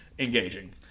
Engaging